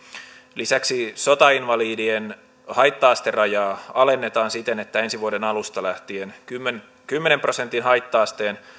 lisäksi sotainvalidien haitta asterajaa alennetaan siten että ensi vuoden alusta lähtien kymmenen kymmenen prosentin haitta asteen